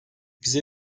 bize